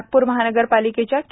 नागपूर महानगरपालिकेच्या के